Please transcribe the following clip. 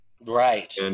Right